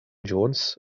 jones